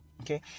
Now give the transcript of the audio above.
okay